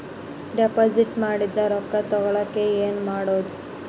Deposit ಮಾಡಿದ ರೊಕ್ಕ ತಗೋಳಕ್ಕೆ ಏನು ಮಾಡೋದು?